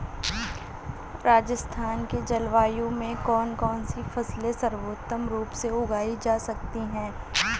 राजस्थान की जलवायु में कौन कौनसी फसलें सर्वोत्तम रूप से उगाई जा सकती हैं?